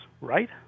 right